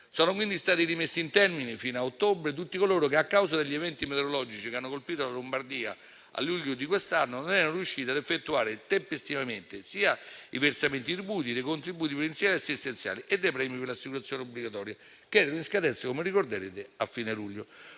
Sono quindi stati rimessi in termine fino a ottobre tutti coloro che, a causa degli eventi meteorologici che hanno colpito la Lombardia a luglio di quest’anno, non erano riusciti ad effettuare tempestivamente i versamenti dei tributi e dei contributi previdenziali e assistenziali e dei premi per le assicurazioni obbligatorie che erano in scadenza, come ricorderete, a fine luglio.